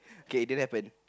k it didn't happen